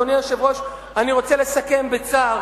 אדוני היושב-ראש, אני רוצה לסכם בצער